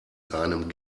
seinem